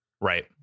Right